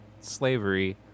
slavery